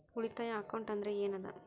ಉಳಿತಾಯ ಅಕೌಂಟ್ ಅಂದ್ರೆ ಏನ್ ಅದ?